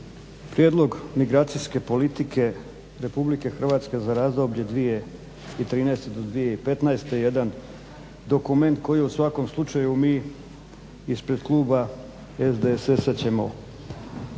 prijedlog migracijske politike RH za razdoblje 2013. do 2015. je jedan dokument koji u svakom slučaju mi ispred kluba SDSS-a ćemo